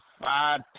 five